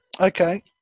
Okay